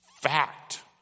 fact